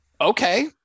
okay